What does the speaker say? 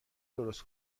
درست